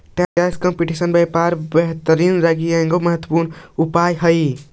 tax competition व्यापार बढ़ोतरी लगी एगो महत्वपूर्ण उपाय हई